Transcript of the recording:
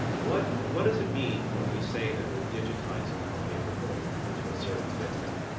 what what does it mean when we say that we're digitizing an audio recording to a certain bit depth?